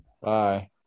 Bye